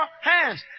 hands